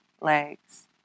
legs